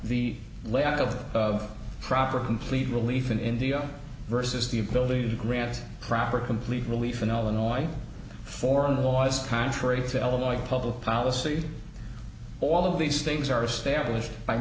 the layout of of proper complete relief in india vs the ability to grant proper complete relief in illinois foreign laws contrary to illinois public policy all of these things are established by